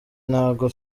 ntago